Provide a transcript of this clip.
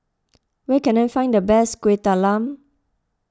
where can I find the best Kuih Talam